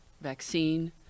vaccine